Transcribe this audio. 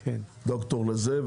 בארץ,